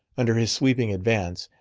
under his sweeping advance,